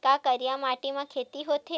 का करिया माटी म खेती होथे?